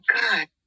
God